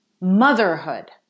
motherhood